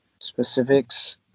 specifics